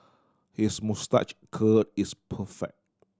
his moustache curl is perfect